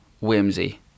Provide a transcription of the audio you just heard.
whimsy